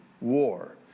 war